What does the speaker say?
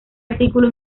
artículo